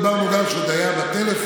דיברנו גם כשהוא עוד היה בטלפון,